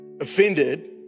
offended